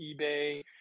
eBay